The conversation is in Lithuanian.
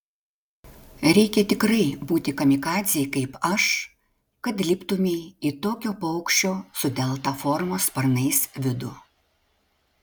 reikia tikrai būti kamikadzei kaip aš kad liptumei į tokio paukščio su delta formos sparnais vidų